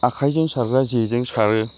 आखाइजों सारग्रा जेजों सारो